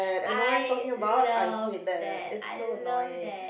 I know what you are talking about I hate that it's so annoying